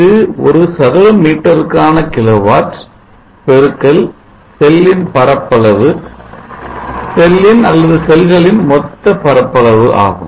இது ஒரு சதுர மீட்டருக்கான கிலோவாட் x செல்லின் பரப்பளவு செல்லின் அல்லது செல்களின் மொத்த பரப்பளவு ஆகும்